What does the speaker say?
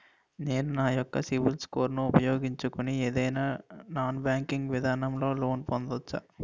నేను నా యెక్క సిబిల్ స్కోర్ ను ఉపయోగించుకుని ఏదైనా నాన్ బ్యాంకింగ్ విధానం లొ లోన్ పొందవచ్చా?